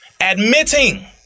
admitting